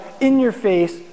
in-your-face